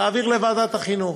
תעביר לוועדת החינוך.